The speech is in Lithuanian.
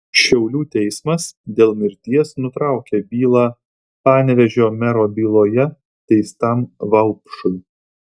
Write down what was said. šiaulių teismas dėl mirties nutraukė bylą panevėžio mero byloje teistam vaupšui